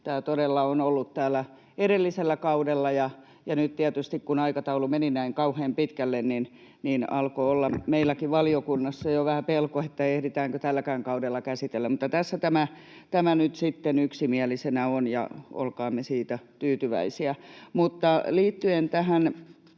Tämä todella on ollut täällä edellisellä kaudella, ja nyt tietysti, kun aikataulu meni näin kauhean pitkälle, alkoi olla meilläkin valiokunnassa jo vähän pelko, ehditäänkö tälläkään kaudella käsitellä. Mutta tässä tämä nyt sitten yksimielisenä on, olkaamme siitä tyytyväisiä. Liittyen tähän